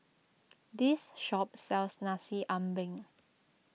this shop sells Nasi Ambeng